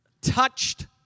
touched